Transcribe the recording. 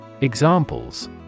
Examples